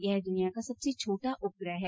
यह द्वनिया का सबसे छोटा उपग्रह है